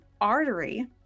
artery